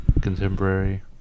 contemporary